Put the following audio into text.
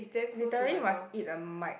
literally must eat the mic